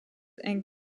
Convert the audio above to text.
and